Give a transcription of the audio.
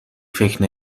فکر